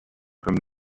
comme